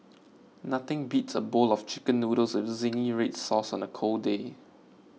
nothing beats a bowl of Chicken Noodles with Zingy Red Sauce on a cold day